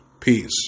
Peace